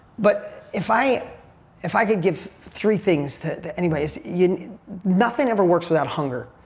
but if i if i could give three things to anybody is you know nothing ever works without hunger.